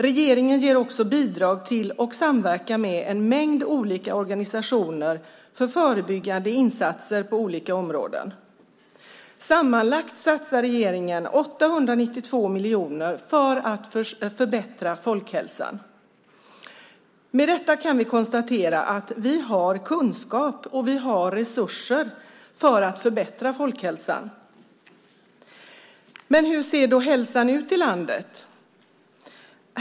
Regeringen ger också bidrag till och samverkar med en mängd olika organisationer för förebyggande insatser på olika områden. Sammanlagt satsar regeringen 892 miljoner för att förbättra folkhälsan. Med detta kan vi konstatera att vi har kunskap och resurser för att förbättra folkhälsan. Hur ser då hälsan ut i landet?